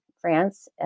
France